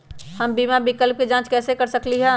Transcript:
हम बीमा विकल्प के जाँच कैसे कर सकली ह?